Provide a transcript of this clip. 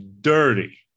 dirty